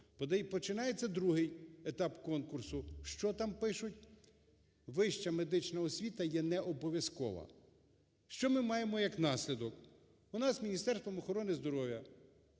Починається другий етап конкурсу, що там пишуть, вища медична освіта є не обов'язкова. Що ми маємо як наслідок? У нас Міністерством охорони здоров'я